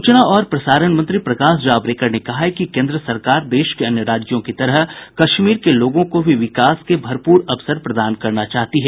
सूचना और प्रसारण मंत्री प्रकाश जावड़ेकर ने कहा है कि केन्द्र सरकार देश के अन्य राज्यों की तरह कश्मीर के लोगों को भी विकास के भरपूर अवसर प्रदान करना चाहती है